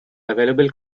available